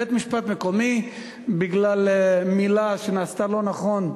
בית-משפט מקומי, בגלל מילה שנעשתה לא נכון,